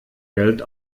geld